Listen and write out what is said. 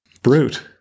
Brute